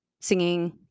singing